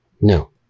No